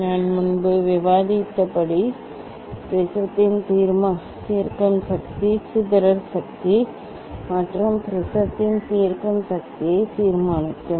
நான் முன்பு விவாதித்தபடி ப்ரிஸத்தின் தீர்க்கும் சக்தி சிதறல் சக்தி மற்றும் ப்ரிஸத்தின் தீர்க்கும் சக்தியை தீர்மானிக்கவும்